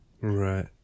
Right